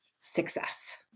success